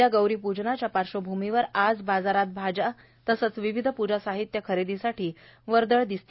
उद्या गौरी प्जनाच्या पार्श्वभ्रमीवर आज बाजारात भाज्या तसंच विविध पूजा साहित्य खरेदीसाठी वर्दळ दिसली